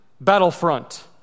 battlefront